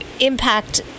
impact